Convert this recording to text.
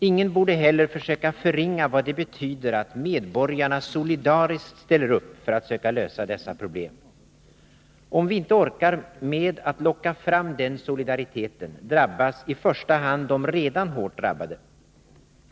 Ingen borde heller försöka förringa vad det betyder att medborgarna solidariskt ställer upp för att söka lösa dessa problem. Om vi inte orkar med att locka fram den solidariteten, drabbas i första hand de redan hårt drabbade.